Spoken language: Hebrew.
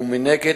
ומנגד,